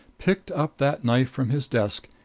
picked up that knife from his desk,